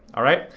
alright?